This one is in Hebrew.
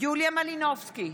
יוליה מלינובסקי,